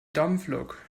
dampflok